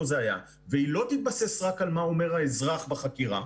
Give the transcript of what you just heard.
זה והיא לא תתבסס רק על מה אומר האזרח בחקירה,